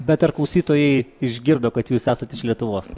bet ar klausytojai išgirdo kad jūs esat iš lietuvos